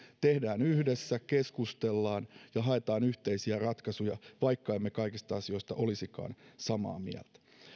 tehdään yhdessä keskustellaan ja haetaan yhteisiä ratkaisuja vaikka emme kaikista asioista olisikaan samaa mieltä